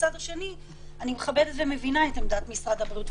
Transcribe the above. מצד שני אני מכבדת ומבינה את עמדת משרד הבריאות.